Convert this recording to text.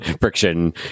friction